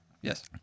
Yes